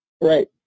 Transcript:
right